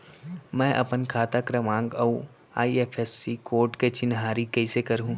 मैं अपन खाता क्रमाँक अऊ आई.एफ.एस.सी कोड के चिन्हारी कइसे करहूँ?